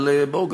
אבל בואו,